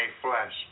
flesh